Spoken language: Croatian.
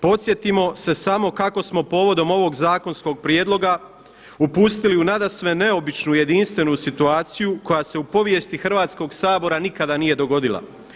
Podsjetimo se samo kako smo povodom ovog zakonskog prijedloga upustili u nadasve neobičnu, jedinstvenu situacija koja se u povijesti Hrvatskoga sabora nikada nije dogodila.